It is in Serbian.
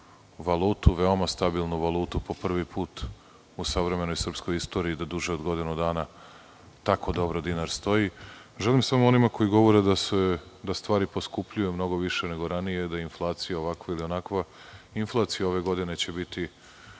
valutu, veoma stabilnu valutu po prvi put u savremenoj srpskoj istoriji, da duže od godinu dana tako dobro dinar stoji. Želim samo onima koji govore da stvari poskupljuju mnogo više nego ranije, da je inflacija ovakva ili onakva, inflacija ove godine će biti